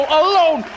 alone